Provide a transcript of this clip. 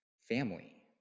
family